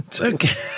Okay